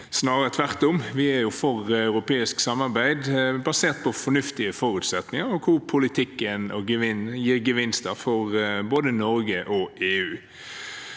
snarere tvert om. Vi er for europeisk samarbeid når det er basert på fornuftige forutsetninger og politikken gir gevinster for både Norge og EU.